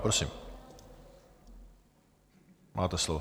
Prosím, máte slovo.